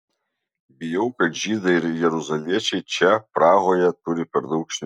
bijau kad žydai ir jeruzaliečiai čia prahoje turi per daug šnipų